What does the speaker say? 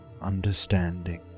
understanding